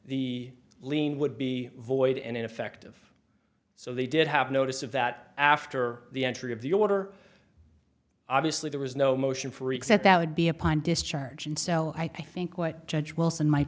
the lien would be void and ineffective so they did have notice of that after the entry of the order obviously there was no motion for except that would be upon discharge and so i think what judge wilson m